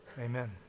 amen